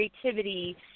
creativity